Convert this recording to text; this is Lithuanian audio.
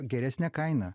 geresne kaina